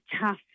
tough